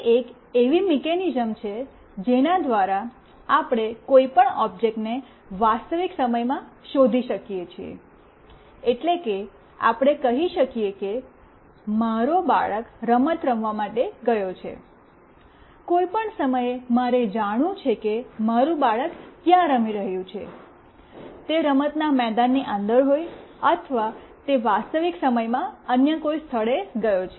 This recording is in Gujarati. તે એક એવી મિકેનિઝમ છે જેના દ્વારા આપણે કોઈ પણ ઓબ્જેક્ટને વાસ્તવિક સમયમાં શોધી શકીએ છીએ એટલે કે આપણે કહી શકીએ કે મારો બાળક રમત રમવા માટે ગયો છે કોઈ પણ સમયે મારે જાણવું છે મારું બાળક ક્યાં રમી રહ્યું છે તે રમતના મેદાનની અંદર હોય અથવા તે વાસ્તવિક સમયમાં અન્ય કોઈ સ્થળે ગયો છે